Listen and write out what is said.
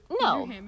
No